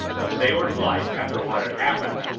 a sailor's life, after what had happened,